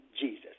Jesus